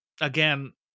again